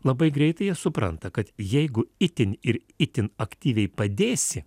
labai greitai jie supranta kad jeigu itin ir itin aktyviai padėsi